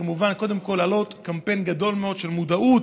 קודם כול להעלות קמפיין גדול מאוד למודעות,